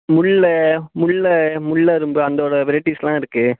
முல்லை முல்லை முல்லைரும்பு அதோட வெரைட்டிஸ்யெலாம் இருக்குது